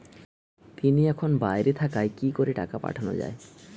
তিনি এখন বাইরে থাকায় কি করে টাকা পাঠানো য়ায়?